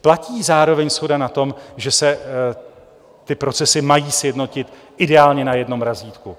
Platí zároveň shoda na tom, že se procesy mají sjednotit ideálně na jednom razítku.